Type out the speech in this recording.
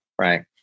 right